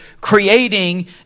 creating